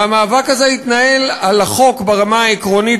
והמאבק הזה יתנהל על החוק ברמה העקרונית